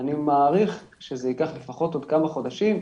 אני מעריך שזה ייקח לפחות עוד כמה חודשים,